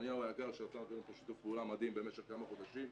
--- היה לנו שיתוף פעולה מדהים במשך כמה חודשים,